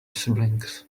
siblings